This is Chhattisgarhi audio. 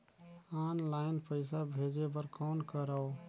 ऑनलाइन पईसा भेजे बर कौन करव?